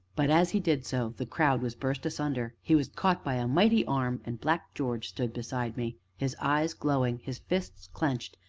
but, as he did so the crowd was burst asunder, he was caught by a mighty arm, and black george stood beside me, his eyes glowing, his fists clenched,